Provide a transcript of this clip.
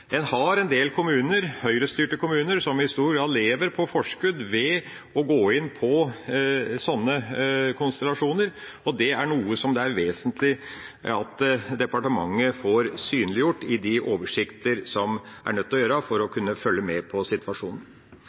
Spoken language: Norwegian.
En har en del Høyre-styrte kommuner som i stor grad lever på forskudd ved å gå inn på sånne konstellasjoner, og det er noe som det er vesentlig at departementet får synliggjort i de oversikter som de er nødt til å lage for å kunne følge med på situasjonen.